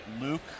luke